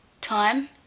Time